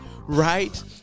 right